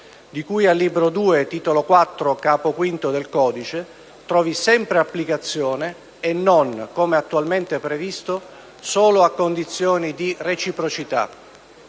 di cui al Libro II, Titolo IV, Capo V del Codice, trovi sempre applicazione e non, come attualmente previsto, solo a condizione di reciprocità